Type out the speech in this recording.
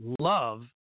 love